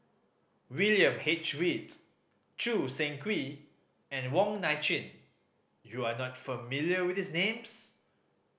William H Read Choo Seng Quee and Wong Nai Chin you are not familiar with these names